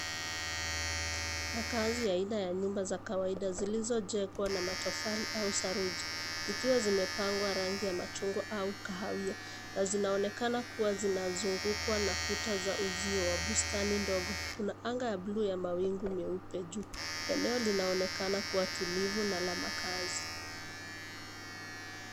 Makazi ya aina ya nyumba za kawaida zilizojengwa na matofali au saruji zikiwa zimepakwa rangi ya machungwa au kahawia na zinaonekana kuwa zinazungukwa na kuta za uzio wa bustani ndogo. Kuna anga ya buluu ya mawingu meupe juu. Eneo linaonekana kuwa tulivu na la makaazi.